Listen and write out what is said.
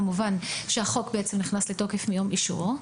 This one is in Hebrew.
כמובן שהחוק נכנס לתוקף מיום אישורו.